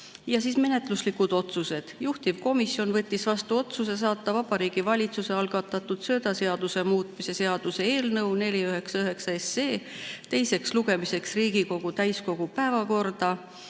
toetas. Menetluslikud otsused. Juhtivkomisjon võttis vastu otsuse saata Vabariigi Valitsuse algatatud söödaseaduse muutmise seaduse eelnõu 499 teiseks lugemiseks Riigikogu täiskogu päevakorda